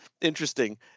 interesting